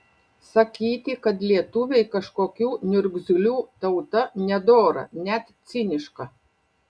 sakyti kad lietuviai kažkokių niurgzlių tauta nedora net ciniška